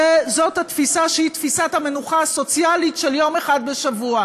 זאת התפיסה שהיא תפיסת המנוחה הסוציאלית של יום אחד בשבוע.